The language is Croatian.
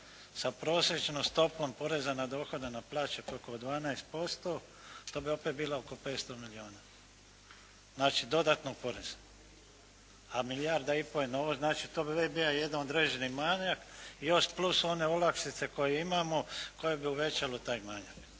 sa prosječnom stopom poreza na dohodak na plaće oko 12% to bi opet bilo oko 500 milijuna znači dodatnog poreza a milijarda i pol je novog. Znači, to bi već bio jedan određeni manjak i još plus još one olakšice koje imamo koje bi uvećalo taj manjak.